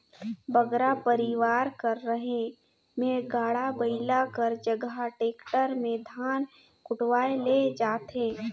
बगरा परिवार कर रहें में गाड़ा बइला कर जगहा टेक्टर में धान कुटवाए ले जाथें